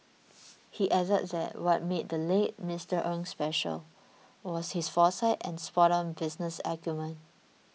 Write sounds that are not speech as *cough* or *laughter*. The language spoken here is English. he added that what made the late Mister *unintelligible* special was his foresight and spoton business acumen